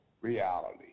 reality